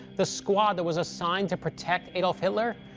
the squad that was assigned to protect adolf hitler,